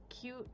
cute